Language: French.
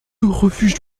refuge